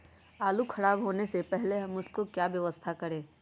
आलू खराब होने से पहले हम उसको क्या व्यवस्था करें?